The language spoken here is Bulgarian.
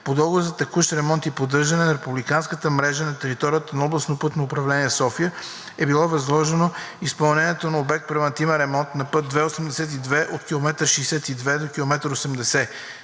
договор за текущ ремонт и поддържане на републиканската мрежа на територията на областно пътно управление София е било възложено изпълнението на обект превантивен ремонт на път II-82 от км 62 до км 80.